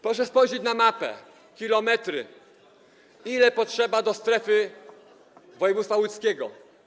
Proszę spojrzeć na mapę, kilometry, ile potrzeba do strefy województwa łódzkiego.